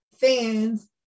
fans